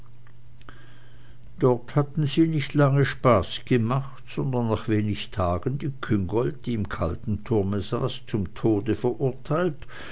dort hatten sie nicht lange spaß gemacht sondern nach wenig tagen die küngolt die im kalten turme saß zum tode verurteilt